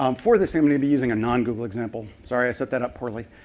um for this, i'm going to be using a non-google example. sorry. i set that up poorly.